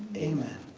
amen.